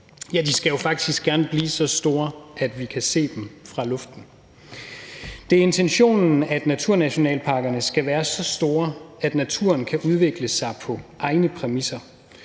de skal jo faktisk gerne blive så store, at vi kan se dem fra luften. Det er intentionen, at naturnationalparkerne skal være så store, at naturen kan udvikle sig på egne præmisser,